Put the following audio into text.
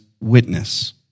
witness